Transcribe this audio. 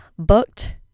booked